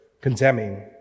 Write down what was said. condemning